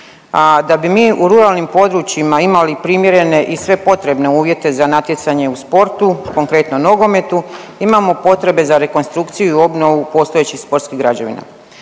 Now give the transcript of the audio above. da bi mi u ruralnim područjima imali primjerene i sve potrebne uvjete za natjecanje u sportu, konkretno nogometu, imamo potrebe za rekonstrukciju i obnovu postojećih sportskih građevina.